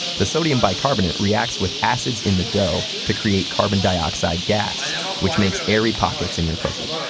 the sodium bicarbonate reacts with acids in the dough to create carbon dioxide gas, which makes airy pockets in your cookie.